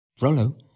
Rollo